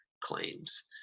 claims